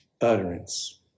utterance